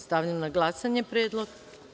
Stavljam na glasanje ovaj predlog.